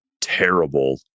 terrible